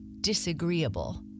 disagreeable